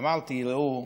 אמרתי: ראו,